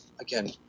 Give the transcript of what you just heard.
again